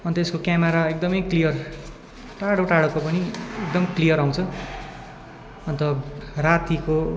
अन्त यसको क्यामारा एकदमै क्लियर टाडो टाडोको पनि एकदम क्लियर आउँछ अन्त रातिको